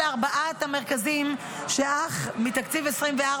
נוסף לארבעת המרכזים שהקמנו מתקציב 2024,